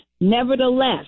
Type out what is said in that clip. Nevertheless